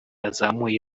azamuye